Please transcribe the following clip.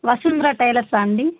వసుంధర టైలర్సా అండి